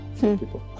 people